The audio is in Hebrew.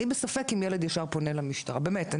אני בספק אם ילד ישר פונה למשטרה, באמת.